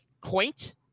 quaint